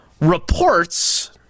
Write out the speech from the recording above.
reports